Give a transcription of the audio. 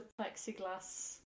plexiglass